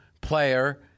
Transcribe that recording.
player